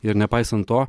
ir nepaisant to